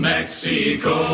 Mexico